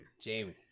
Jamie